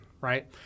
right